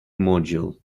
module